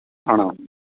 ആണോ